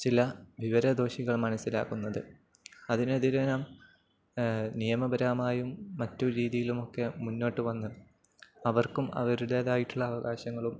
ചില വിവരദോഷികൾ മനസ്സിലാക്കുന്നത് അതിനെതിരെ നാം നിയമപരമായും മറ്റു രീതിയിലുമൊക്കെ മുന്നോട്ടു വന്ന് അവർക്കും അവരുടേതായിട്ടുള്ള അവകാശങ്ങളും